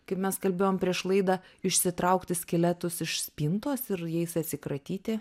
kaip mes kalbėjom prieš laidą išsitraukti skeletus iš spintos ir jais atsikratyti